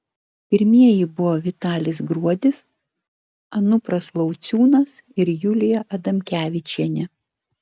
pirmieji buvo vitalis gruodis anupras lauciūnas ir julija adamkevičienė